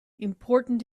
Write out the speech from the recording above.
important